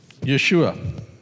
Yeshua